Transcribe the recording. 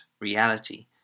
reality